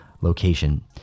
location